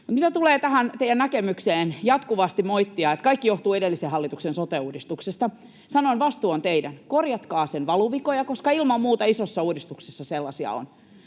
mitä tulee tähän teidän näkemykseenne ja tapaanne jatkuvasti moittia, että kaikki johtuu edellisen hallituksen sote-uudistuksesta, niin sanon: vastuu on teidän. Korjatkaa sen valuvikoja, koska ilman muuta isoissa uudistuksissa sellaisia on.